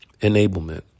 Enablement